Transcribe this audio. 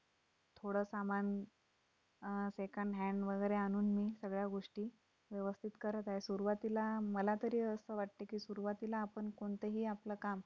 थोडं सामान सेकंडहॅन्ड वगैरे आणून मी सगळ्या गोष्टी व्यवस्थित करत आहे सुरवातीला मला तरी असं वाटते की सुरवातीला आपण कोणतंही आपलं काम